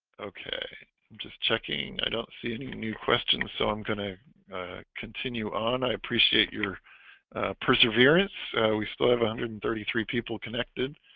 okay, i'm just checking. i don't see any new questions. so i'm going to continue on i appreciate your perseverance we still have one hundred and thirty three people connected